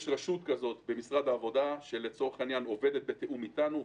יש רשות במשרד העבודה, שעובדת בתיאום איתנו.